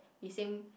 we same